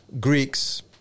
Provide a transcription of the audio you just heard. Greeks